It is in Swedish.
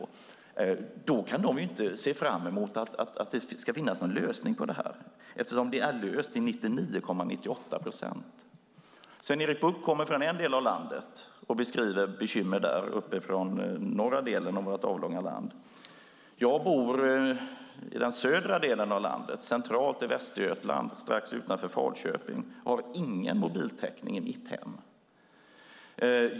Men de kan alltså inte se fram emot att det blir någon lösning på detta - eftersom problemet är löst till 99,98 procent. Sven-Erik Bucht kommer från en viss del av landet, den norra delen av vårt avlånga land, och beskriver bekymmer där. Jag bor i den södra delen av landet, centralt i Västergötland strax utanför Falköping och har ingen mobiltäckning i mitt hem.